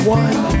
one